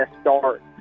start